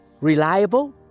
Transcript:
reliable